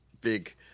big